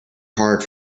hard